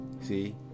See